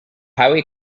highway